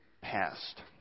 passed